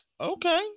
Okay